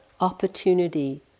opportunity